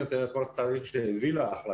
כול אני אתאר את כל התהליך שהביא להחלטה